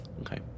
okay